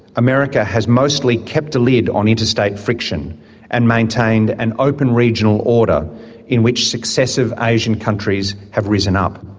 america has mostly kept a lid on interstate friction and maintained an open regional order in which successive asian countries have risen up.